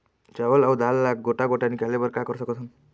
चावल अऊ दाल ला गोटा गोटा निकाले बर का कर सकथन?